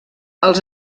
els